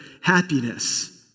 happiness